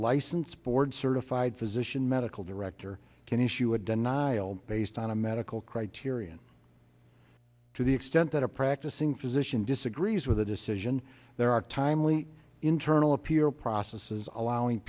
license board certified physician medical director can issue a denial based on a medical criterion to the extent that a practicing physician disagrees with the decision there are timely internal appear processes allowing